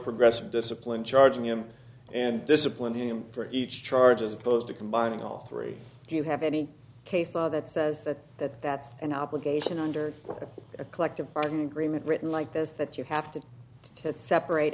progressive discipline charging him and disciplined him for each charge as opposed to combining all three do you have any case law that says that that that's an obligation under a collective bargaining agreement written like this that you have to to separate